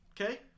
Okay